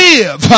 Live